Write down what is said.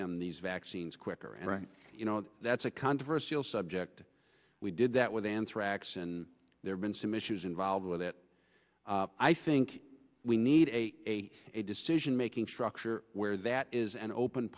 them these vaccines quicker and you know that's a controversial subject we did that with anthrax and there's been some issues involved with it i think we need a decision making structure where that is an open